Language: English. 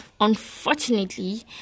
unfortunately